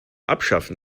abschaffen